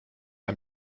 ein